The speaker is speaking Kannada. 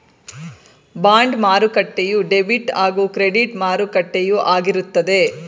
ಬಾಂಡ್ ಮಾರುಕಟ್ಟೆಯು ಡೆಬಿಟ್ ಹಾಗೂ ಕ್ರೆಡಿಟ್ ಮಾರುಕಟ್ಟೆಯು ಆಗಿರುತ್ತದೆ